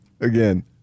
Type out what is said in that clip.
again